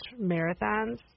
marathons